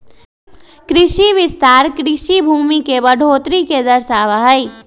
कृषि विस्तार कृषि भूमि में बढ़ोतरी के दर्शावा हई